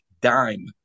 dime